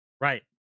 Right